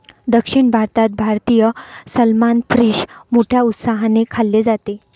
दक्षिण भारतात भारतीय सलमान फिश मोठ्या उत्साहाने खाल्ले जाते